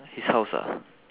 his house ah